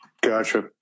Gotcha